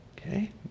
Okay